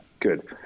good